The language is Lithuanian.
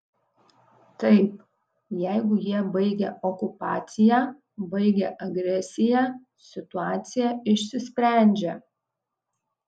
taip jeigu jie baigia okupaciją baigia agresiją situacija išsisprendžia